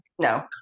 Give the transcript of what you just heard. no